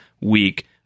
week